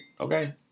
okay